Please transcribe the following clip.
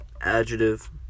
Adjective